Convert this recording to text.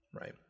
right